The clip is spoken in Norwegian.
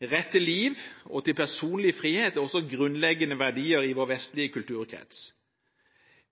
Rett til liv og til personlig frihet er også grunnleggende verdier i vår vestlige kulturkrets.